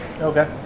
Okay